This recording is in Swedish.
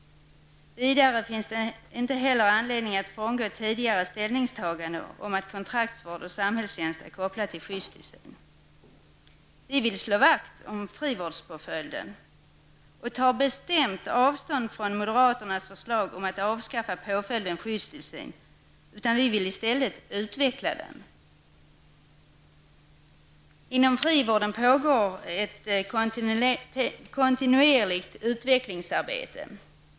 Vidare finns det inte heller anledning att frångå tidigare ställningstaganden om att kontraktsvård och samhällstjänst är kopplade till skyddstillsyn. Vi vill slå vakt om frivårdspåföljden och tar bestämt avstånd från moderaternas förslag om att avskaffa påföljden skyddstillsyn. Vi vill i stället utveckla den. Inom frivården pågår ett kontinuerligt utvecklingsarbete.